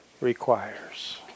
requires